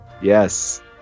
Yes